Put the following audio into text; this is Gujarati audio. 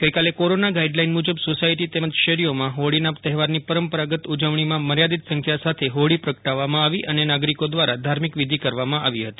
ગઈકાલે કોરોના ગાઇડલાઇન મુજબ સોસાયટી તેમજ શેરીઓમાં હોળીના તહેવારની પરંપરાગત ઉજવણીમાં મર્યાદિત સંખ્યા સાથે હોળી પ્રગટાવવામાં આવી અને નાગરિકો દ્વારા ધાર્મિક વિધિ કરવામાં આવી હતી